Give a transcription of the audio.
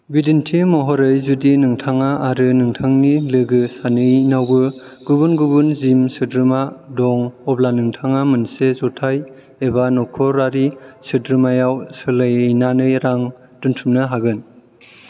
बिदिन्थि महरै जुदि नोंथां आरो नोंथांनि लोगो सानैनावबो गुबुन गुबुन जिम सोद्रोमा दं अब्ला नोंथाङा मोनसे जथाइ एबा नख'रारि सोद्रोमायाव सोलायनानै रां दोन्थुमनो हागोन